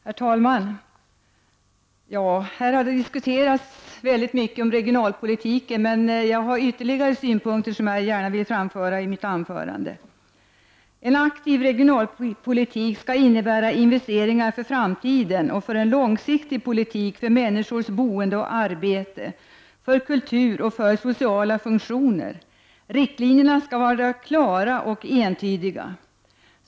Herr talman! Här har diskuterats mycket om regionalpolitiken, men jag har ytterligare synpunkter som jag gärna vill framföra i mitt anförande. En aktiv regionalpolitik skall innebära investeringar för framtiden och för en långsiktig politik för människors boende och arbete, för kultur och för sociala funktioner. Riktlinjerna skall vara klara och entydiga.